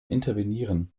intervenieren